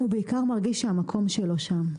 הוא בעיקר מרגיש שהמקום שלו שם.